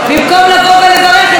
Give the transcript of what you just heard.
אתם באים,